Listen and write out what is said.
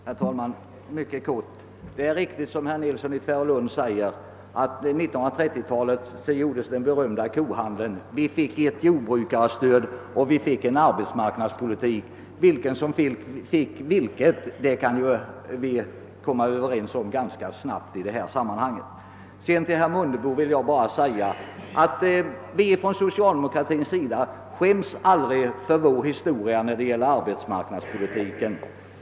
Herr talman! Jag skall fatta mig mycket kort. Det är riktigt som herr Nilsson i Tvärålund sade att den berömda kohandeln genomfördes under 1930-talet; vi fick ett jordbrukarstöd och vi fick en arbetsmarknadspolitik. Vilka som fick vilket kan vi ju komma överens om ganska snabbt. Till herr Mundebo vill jag bara säga att vi socialdemokrater aldrig skäms över vår historia när det gäller arbetsmarknadspolitiken.